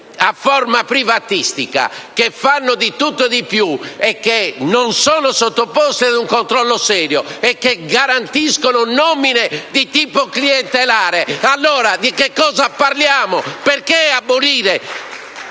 a forma privatistica che fanno di tutto e di più, che non sono sottoposti ad un controllo serio e che garantiscono nomine di tipo clientelare, allora di che cosa parliamo? *(Applausi